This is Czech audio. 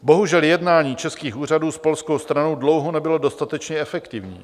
Bohužel jednání českých úřadů s polskou stranu dlouho nebylo dostatečně efektivní.